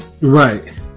right